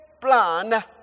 plan